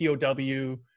POW